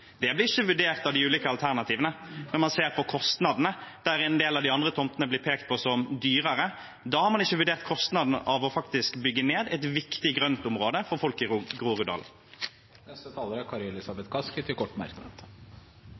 Det blir ikke vurdert i de ulike alternativene når man ser på kostnadene. Der en del av de andre tomtene blir pekt på som dyrere, har man ikke vurdert kostnaden av faktisk å bygge ned et viktig grøntområde for folk i Groruddalen. Representanten Kari Elisabeth Kaski har hatt ordet to ganger tidligere og får ordet til en kort merknad, begrenset til